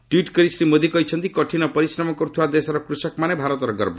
tweet କରି ଶ୍ରୀ ମୋଦି କହିଛନ୍ତି କଠିନ ପରିଶ୍ରମ କରୁଥିବା ଦେଶର କୃଷକମାନେ ଭାରତର ଗର୍ବ